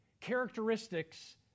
characteristics